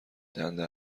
دنده